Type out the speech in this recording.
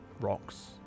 rocks